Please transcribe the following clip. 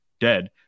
dead